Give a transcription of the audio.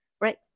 right